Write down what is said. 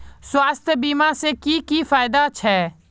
स्वास्थ्य बीमा से की की फायदा छे?